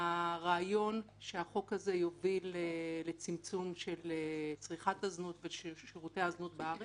מהרעיון שהחוק הזה יוביל לצמצום של צריכת הזנות ושל שירותי הזנות בארץ.